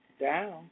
down